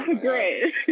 Great